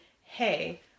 hey